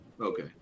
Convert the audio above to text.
Okay